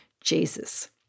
Jesus